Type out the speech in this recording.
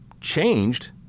changed